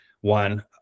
one